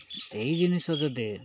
ସେହି ଜିନିଷ